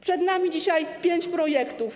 Przed nami dzisiaj pięć projektów.